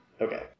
Okay